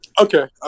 Okay